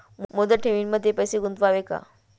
मुदत ठेवींमध्ये पैसे गुंतवावे का?